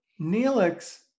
Neelix